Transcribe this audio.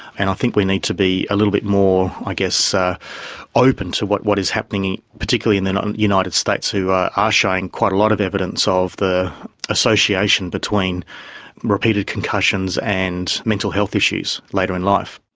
and i think we need to be a little bit more ah ah open to what what is happening, particularly in the united states who are are showing quite a lot of evidence of the association between repeated concussions and mental health issues later in life.